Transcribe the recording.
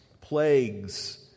plagues